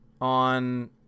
on